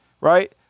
Right